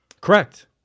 Correct